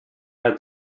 had